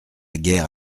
guerre